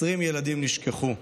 20 ילדים נשכחו.